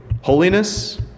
holiness